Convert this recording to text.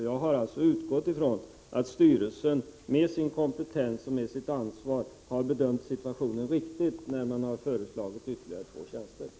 Jag har alltså utgått från att styrelsen, med sin kompetens och med sitt ansvar, har bedömt situationen riktigt när den föreslagit ytterligare två tjänster.